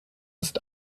ist